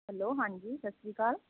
hello ਹਾਂਜੀ ਸਤਿ ਸ਼੍ਰੀ ਅਕਾਲ